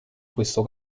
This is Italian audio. questo